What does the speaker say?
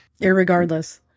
Irregardless